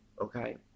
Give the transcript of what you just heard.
Okay